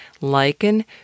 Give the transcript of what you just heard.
lichen